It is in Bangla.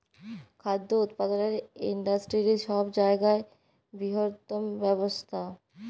খাদ্য উৎপাদলের ইন্ডাস্টিরি ছব জায়গার বিরহত্তম ব্যবসা